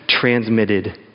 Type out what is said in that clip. transmitted